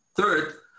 Third